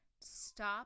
stop